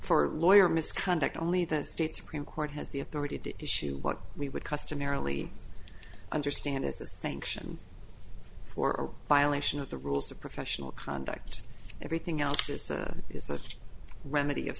for lawyer misconduct only the state supreme court has the authority to issue what we would customarily understand as a sanction for violation of the rules of professional conduct everything else is a remedy of